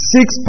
Six